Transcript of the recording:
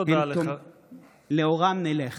לאורם נלך.